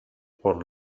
por